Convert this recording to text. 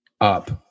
up